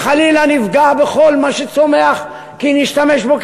וחלילה נפגע בכל מה שצומח כי נשתמש בו